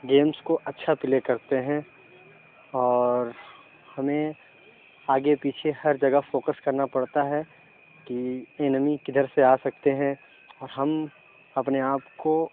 games کو اچھا play کرتے ہیں اور ہمیں آگے پیچھے ہر جگہ فوکس کرنا پڑتا ہے کہ اینمی کدھر سے آ سکتے ہیں اور ہم اپنے آپ کو